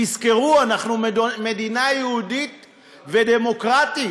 תזכרו, אנחנו מדינה יהודית ודמוקרטית.